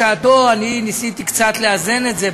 בשעתי ניסיתי קצת לאזן את זה,